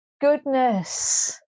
goodness